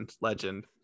legend